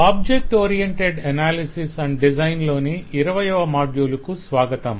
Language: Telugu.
object oriented analysis and design లోని 20వ మాడ్యుల్ కు స్వాగతం